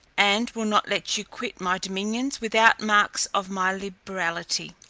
and will not let you quit my dominions without marks of my liberality.